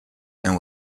and